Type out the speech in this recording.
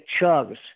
chugs